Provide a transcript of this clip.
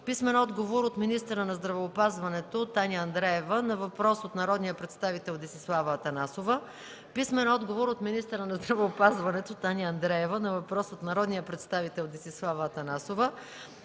Атанасова; - от министъра на здравеопазването Таня Андреева на въпрос от народния представител Десислава Атанасова;